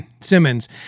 Simmons